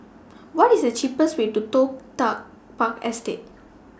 What IS The cheapest Way to Toh Tuck Park Estate